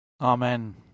Amen